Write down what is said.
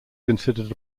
considered